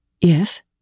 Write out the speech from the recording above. yes